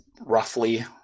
roughly